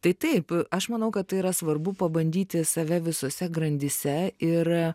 tai taip aš manau kad tai yra svarbu pabandyti save visose grandyse ir